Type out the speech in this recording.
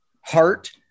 heart